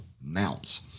mounts